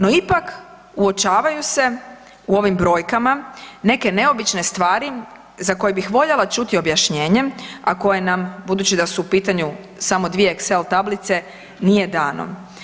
No ipak uočavaju se u ovim brojkama neke neobične stvari za koje bih voljela čuti objašnjenje, a koje nam, budući da su u pitanju samo dvije Excel tablice nije dano.